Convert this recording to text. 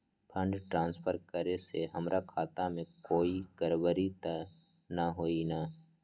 Fund transfer करे से हमर खाता में कोई गड़बड़ी त न होई न?